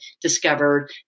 discovered